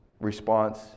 response